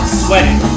sweating